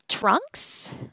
Trunks